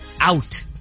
out